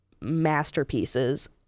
masterpieces